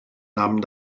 nahmen